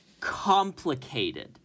complicated